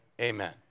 Amen